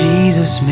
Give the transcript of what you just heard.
Jesus